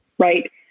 Right